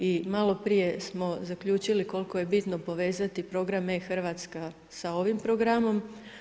I maloprije, smo zaključili koliko je bitno povezati program e Hrvatska sa ovim programom.